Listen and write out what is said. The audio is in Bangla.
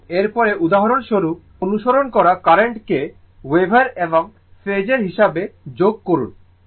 এবং এরপরে উদাহরণস্বরূপ অনুসরণ করা কারেন্টকে ওয়েভ এবং ফেজোর হিসাবে যোগ করুন